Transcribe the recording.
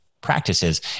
practices